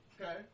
Okay